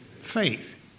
Faith